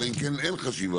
אלא אם כן אין חשיבה,